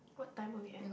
what time are we at now